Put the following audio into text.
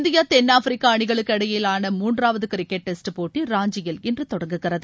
India தென்னாப்பிரிக்கா அணிகளுக்கு இடையேயான மூன்றாவது கிரிக்கெட் டெஸ்ட் போட்டி ராஞ்சியில் இன்று தொடங்குகிறது